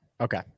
Okay